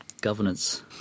governance